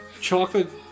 chocolate